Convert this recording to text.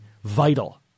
vital